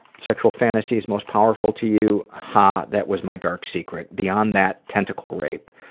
sexual fantasies most powerful to you ha, that was my dark secret. beyond that, tentacle rape.